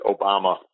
Obama